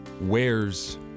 wears